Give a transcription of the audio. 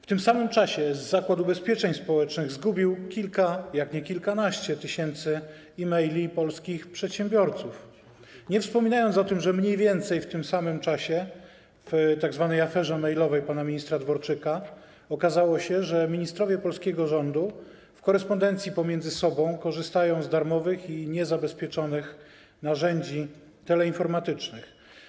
W tym samym czasie Zakład Ubezpieczeń Społecznych zgubił kilka, jeśli nie kilkanaście tysięcy e-maili polskich przedsiębiorców, nie wspominając o tym, że mniej więcej w tym samym czasie w tzw. aferze mailowej pana ministra Dworczyka okazało się, że ministrowie polskiego rządu w korespondencji pomiędzy sobą korzystają z darmowych i niezabezpieczonych narzędzi teleinformatycznych.